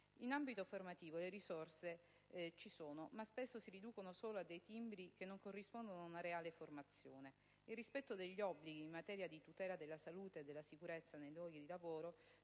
In ambito formativo le risorse ci sono ma spesso si riducono solo a dei timbri che non corrispondono ad una reale formazione. Il rispetto degli obblighi in materia di tutela della salute e della sicurezza nei luoghi di lavoro